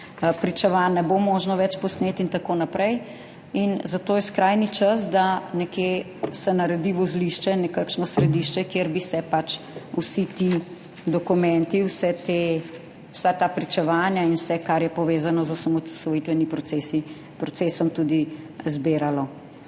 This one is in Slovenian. pričevanj ne bo možno več posneti in tako naprej. Zato je skrajni čas, da se nekje naredi vozlišče, nekakšno središče, kjer bi se pač vsi ti dokumenti, vsa ta pričevanja in vse, kar je povezano z osamosvojitvenim procesom, tudi zbiralo.